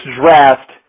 draft